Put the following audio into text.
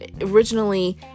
originally